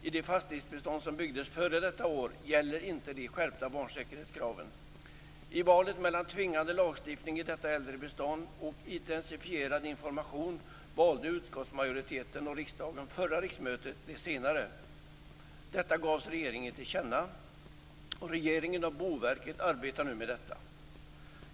I det fastighetsbestånd som byggdes före detta år gäller inte de skärpta barnsäkerhetskraven. I valet mellan tvingande lagstiftning i detta äldre bestånd och intensifierad information valde utskottsmajoriteten och riksdagen förra riksmötet det senare. Boverket arbetar nu med detta.